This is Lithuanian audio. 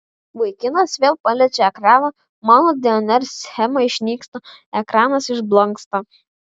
vaikinas vėl paliečia ekraną mano dnr schema išnyksta ekranas išblanksta